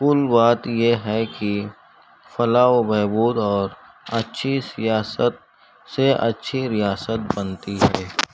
کل بات یہ ہے کہ فلاح و بہبود اور اچھی سیاست سے اچھی ریاست بنتی ہے